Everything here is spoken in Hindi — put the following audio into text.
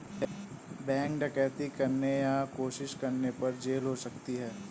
बैंक डकैती करने या कोशिश करने पर जेल हो सकती है